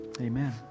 amen